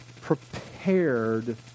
prepared